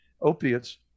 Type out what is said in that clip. Opiates